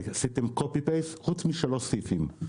ועשיתם קופי-פייסט, חוץ משלושה סעיפים.